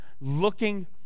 looking